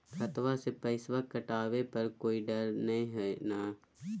खतबा से पैसबा कटाबे पर कोइ डर नय हय ना?